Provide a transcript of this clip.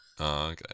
okay